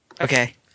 Okay